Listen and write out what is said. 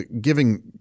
giving